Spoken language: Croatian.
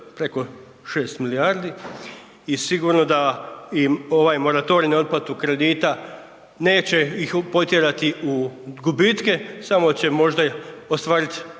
preko 6 milijardi i sigurno da im ovaj moratorij na otplatu kredita neće ih potjerati u gubitke, samo će možda ostvarit